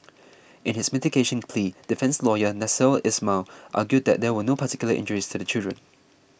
in his mitigation plea defence lawyer Nasser Ismail argued that there were no particular injuries to the children